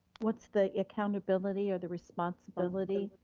what's the accountability or the responsibility?